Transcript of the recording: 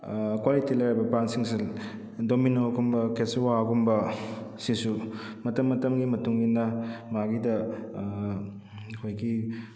quality ꯂꯩꯔꯕ ꯕ꯭ꯔꯥꯟꯁꯤꯡ ꯗꯣꯃꯤꯅꯣꯒꯨꯝꯕ ꯀꯦꯆꯨꯋꯥꯒꯨꯝꯕ ꯑꯁꯤꯁꯨ ꯃꯇꯝ ꯃꯇꯝꯒꯤ ꯃꯇꯨꯡ ꯏꯟꯅ ꯃꯥꯒꯤꯗ ꯑꯩꯈꯣꯏꯒꯤ